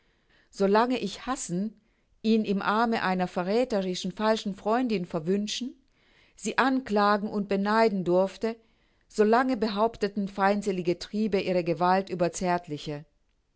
lange ich hassen ihn im arme einer verrätherischen falschen freundin verwünschen sie anklagen und beneiden durfte so lange behaupteten feindselige triebe ihre gewalt über zärtliche